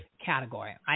category